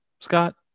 Scott